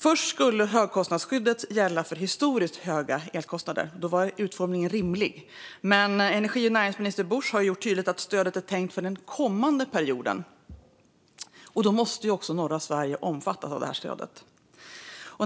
Först skulle högkostnadsskyddet gälla för historiskt höga elkostnader. Då var utformningen rimlig. Men energi och näringsminister Busch har gjort tydligt att stödet är tänkt för den kommande perioden, och då måste även norra Sverige omfattas av stödet.